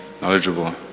knowledgeable